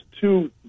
two